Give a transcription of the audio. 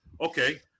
Okay